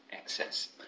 access